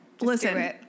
Listen